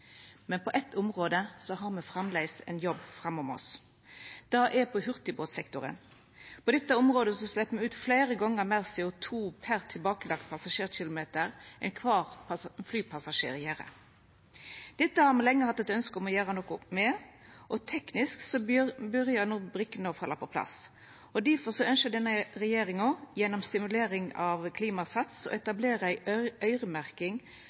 Men på eitt område har me framleis ein jobb framfor oss. Det er i hurtigbåtsektoren. På dette området slepp me ut fleire gonger meir CO2 per tilbakelagd passasjerkilometer enn det kvar flypassasjer gjer. Dette har me lenge hatt eit ønske om å gjera noko med. Teknisk byrjar brikkane no å falla på plass, og difor ønskjer denne regjeringa, gjennom stimuleringa Klimasats, å etablera ei øyremerkt satsing på låg- og